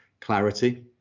clarity